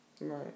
Right